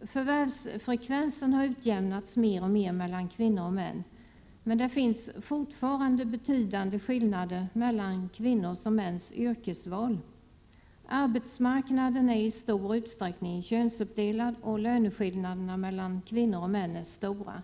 Förvärvsfrekvensen har utjämnats mer och mer mellan kvinnor och män, men det finns fortfarande betydande skillnader mellan kvinnors och mäns yrkesval. Arbetsmarknaden är i stor utsträckning könsuppdelad, och löneskillnaderna mellan kvinnor och män är stora.